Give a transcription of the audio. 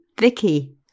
Vicky